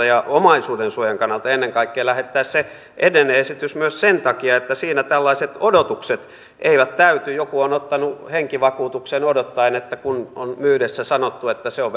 ja ennen kaikkea omaisuudensuojan kannalta lähettää se edellinen esitys myös sen takia että siinä tällaiset odotukset eivät täyty joku on ottanut henkivakuutuksen odottaen että kun on myydessä sanottu että se tulo on